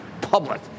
public